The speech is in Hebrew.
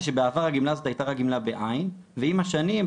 זה שבעבר הגמלה הזאת הייתה רק גמלה ב-"ע" ועם השנים,